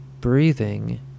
breathing